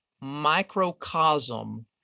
microcosm